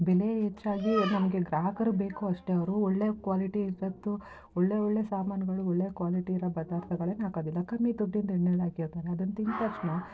ಬೆಲೆ ಹೆಚ್ಚಾಗಿ ನಮಗೆ ಗ್ರಾಹಕರು ಬೇಕು ಅಷ್ಟೇ ಅವರು ಒಳ್ಳೆಯ ಕ್ವಾಲಿಟಿ ಇರತ್ತು ಒಳ್ಳೆಯ ಒಳ್ಳೆಯ ಸಾಮಾನುಗಳು ಒಳ್ಳೆಯ ಕ್ವಾಲಿಟಿ ಇರೋ ಪದಾರ್ಥಗಳನ್ನ ಹಾಕೋದಿಲ್ಲ ಕಮ್ಮಿ ದುಡ್ಡಿಂದು ಎಣ್ಣೆಲಿ ಹಾಕಿರ್ತಾರೆ ಅದನ್ನು ತಿಂದ ತಕ್ಷಣ